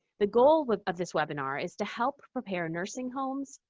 the goal of this webinar is to help prepare nursing homes,